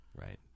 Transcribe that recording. Right